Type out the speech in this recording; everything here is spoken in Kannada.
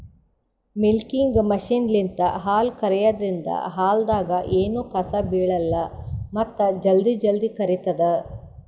ಮಿಲ್ಕಿಂಗ್ ಮಷಿನ್ಲಿಂತ್ ಹಾಲ್ ಕರ್ಯಾದ್ರಿನ್ದ ಹಾಲ್ದಾಗ್ ಎನೂ ಕಸ ಬಿಳಲ್ಲ್ ಮತ್ತ್ ಜಲ್ದಿ ಜಲ್ದಿ ಕರಿತದ್